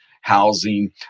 housing